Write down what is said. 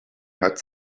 hat